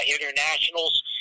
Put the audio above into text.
internationals